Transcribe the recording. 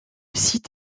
site